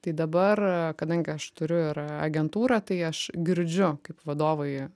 tai dabar kadangi aš turiu ir agentūrą tai aš girdžiu kaip vadovai